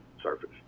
surface